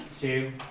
two